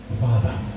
Father